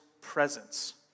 presence